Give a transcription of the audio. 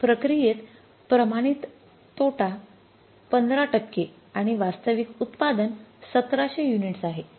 प्रक्रियेत प्रमाणित तोटा 15 टक्के आणि वास्तविक उत्पादन १७०० युनिट्स आहे